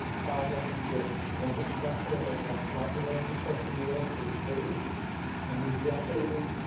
problems with an infrastructure that like much of our infrastructure in new york is aged and needs updating